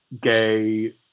gay